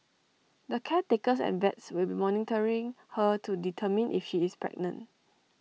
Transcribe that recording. the caretakers and vets will be monitoring her to determine if she is pregnant